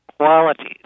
qualities